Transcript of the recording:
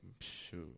shoot